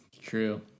true